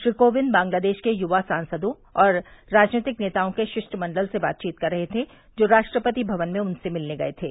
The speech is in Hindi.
श्री कोविंद बांग्लादेश के युवा सांसदों और राजनीतिक नेताओं के शिष्टमंडल से बातचीत कर रहे थे जो राष्ट्रपति भवन में उनसे मिलने गए थे